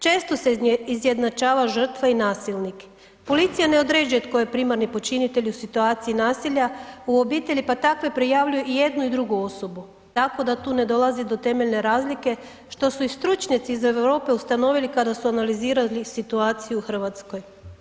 Često se izjednačava žrtva i nasilnik, policija ne određuje tko je primarni počinitelj u situaciji nasilja u obitelji, pa takve prijavljuju i jednu i drugu osobu, tako da tu ne dolazi do temeljne razlike, što su i stručnjaci iz Europe ustanovili kada su analizirali situaciju u RH.